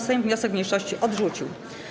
Sejm wniosek mniejszości odrzucił.